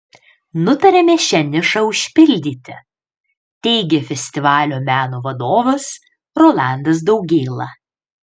nutarėme šią nišą užpildyti teigė festivalio meno vadovas rolandas daugėla